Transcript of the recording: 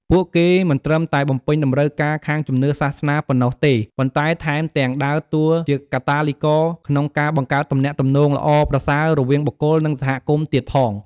ពួកគេមិនត្រឹមតែបំពេញតម្រូវការខាងជំនឿសាសនាប៉ុណ្ណោះទេ ប៉ុន្តែថែមទាំងដើរតួជាកាតាលីករក្នុងការ បង្កើតទំនាក់ទំនងល្អប្រសើរ រវាងបុគ្គល និងសហគមន៍ទៀតផង។